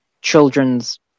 children's